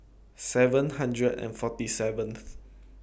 seven hundred and forty seventh